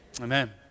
amen